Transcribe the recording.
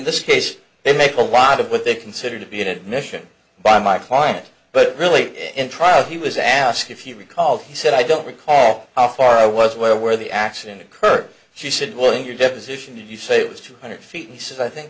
this case they make a lot of what they consider to be an admission by my client but really in trial he was asked if he recalled he said i don't recall how far i was away where the accident occurred she said well in your deposition if you say it was two hundred feet he says i think